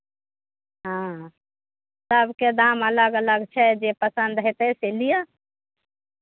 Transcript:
हँ सभके दाम अलग अलग छै जे पसन्द हेतै से लिअ